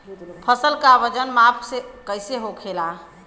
फसल का वजन माप कैसे होखेला?